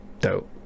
dope